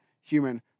human